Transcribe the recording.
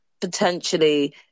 potentially